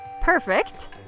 Perfect